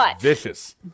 vicious